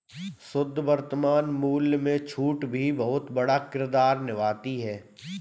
शुद्ध वर्तमान मूल्य में छूट भी बहुत बड़ा किरदार निभाती है